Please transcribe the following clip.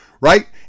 right